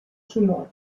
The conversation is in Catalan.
sonor